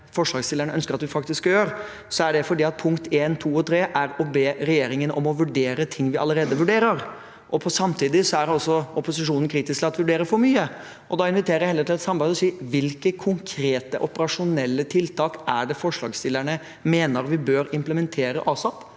forslagsstillerne ønsker at vi faktisk skal gjøre, er det fordi punkt nr. 1, nr. 2 og nr. 3 er å be regjeringen om å vurdere ting vi allerede vurderer. Samtidig er altså opposisjonen kritisk til at vi vurderer for mye. Da inviterer jeg heller til å samarbeide, ved å si: Hvilke konkrete operasjonelle tiltak er det forslagsstillerne mener vi bør implementere «ASAP»?